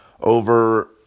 over